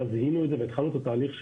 גילינו את זה והתחלנו את התהליך,